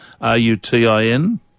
R-U-T-I-N